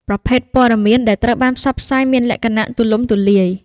ប្រភេទព័ត៌មានដែលត្រូវបានផ្សព្វផ្សាយមានលក្ខណៈទូលំទូលាយ។